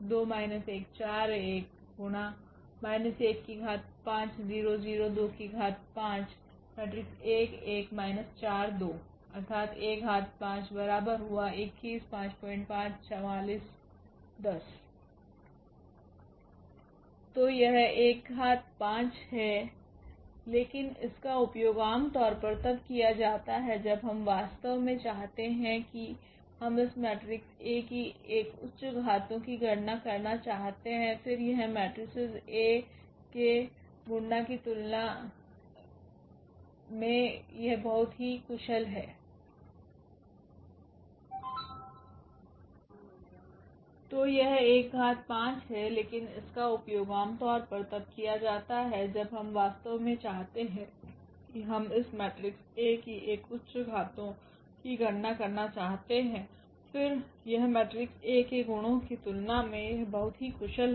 तो यह एक घात 5 है लेकिन इसका उपयोग आमतौर पर तब किया जाता है जब हम वास्तव में चाहते हैं कि हम इस मेट्रिक्स A की एक उच्च घातो की गणना करना चाहते हैं फिर यह मैट्रिसेस A के गुणों की तुलना में यह बहुत ही कुशल है